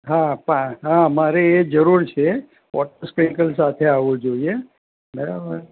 હા હા મારે એ જરૂર છે વોટર સ્પ્રિંકલ સાથે આવવું જોઈએ બરાબર